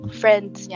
friends